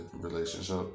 relationship